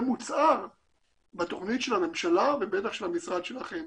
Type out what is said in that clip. מוצהר בתוכנית של הממשלה ובטח של המשרד שלכם.